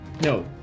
No